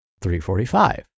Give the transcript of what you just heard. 345